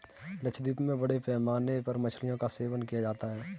लक्षद्वीप में बड़े पैमाने पर मछलियों का सेवन किया जाता है